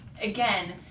again